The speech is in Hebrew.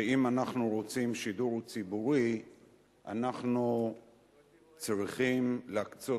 שאם אנחנו רוצים שידור ציבורי אנחנו צריכים להקצות